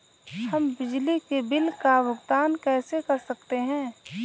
हम बिजली के बिल का भुगतान कैसे कर सकते हैं?